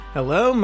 Hello